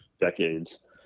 decades